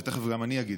ותכף גם אני אגיד,